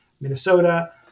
Minnesota